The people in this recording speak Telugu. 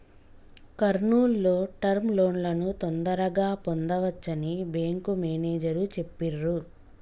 కర్నూల్ లో టర్మ్ లోన్లను తొందరగా పొందవచ్చని బ్యేంకు మేనేజరు చెప్పిర్రు